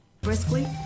Briskly